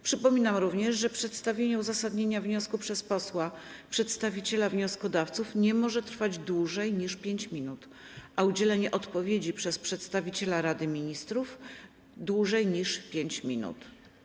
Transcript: Przypominam również, że przedstawienie uzasadnienia wniosku przez posła przedstawiciela wnioskodawców nie może trwać dłużej niż 5 minut, a udzielenie odpowiedzi przez przedstawiciela Rady Ministrów - dłużej niż 5 minut.